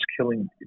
killing